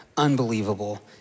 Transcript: Unbelievable